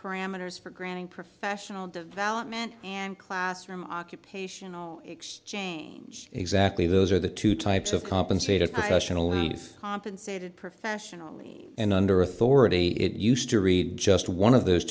parameters for granting professional development and classroom occupation exchange exactly those are the two types of compensated professionalise compensated professionally and under authority it used to read just one of those